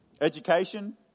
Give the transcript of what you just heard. Education